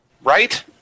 Right